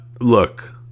look